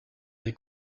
des